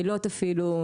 אילות אפילו.